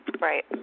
Right